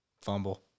Fumble